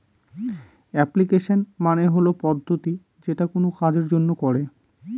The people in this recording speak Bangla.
অ্যাপ্লিকেশন মানে হল পদ্ধতি যেটা কোনো কাজের জন্য করে